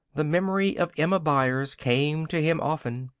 the memory of emma byers came to him often.